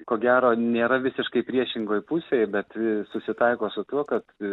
ko gero nėra visiškai priešingoj pusėj bet a susitaiko su tuo kad